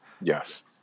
Yes